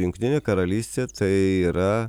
jungtinė karalystė tai yra